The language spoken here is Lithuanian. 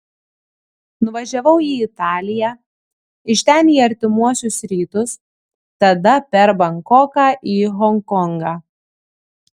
nuvažiavau į italiją iš ten į artimuosius rytus tada per bankoką į honkongą